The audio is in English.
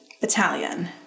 battalion